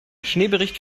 schneebericht